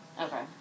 okay